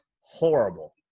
horrible